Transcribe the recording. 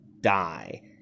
Die